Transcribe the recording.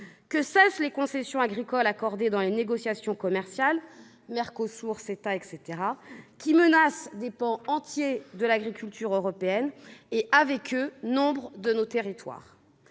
que cessent les concessions agricoles accordées dans les négociations commerciales- MERCOSUR, CETA, etc. -, qui menacent des pans entiers de l'agriculture européenne et nombre de nos territoires.